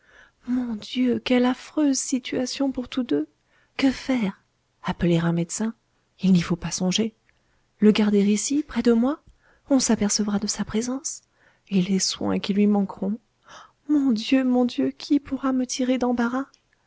mon dieu quelle affreuse situation pour tous deux que faire appeler un médecin il n'y faut pas songer le garder ici près de moi on s'apercevra de sa présence et les soins qui lui manqueront mon dieu mon dieu qui pourra me tirer d'embarras